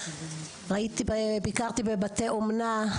ביקרתי בבתי אומנה,